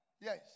Yes